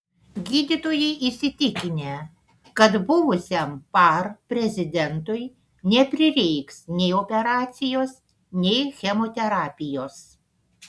gydytojai įsitikinę kad buvusiam par prezidentui neprireiks nei operacijos nei chemoterapijos